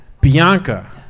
Bianca